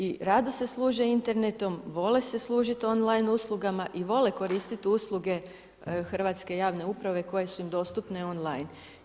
I rado se služe internetom, vole se služiti on-line uslugama i vole koristiti usluge Hrvatske javne uprave koje su im dostupne on-line.